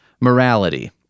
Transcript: Morality